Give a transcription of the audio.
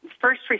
first